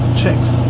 chicks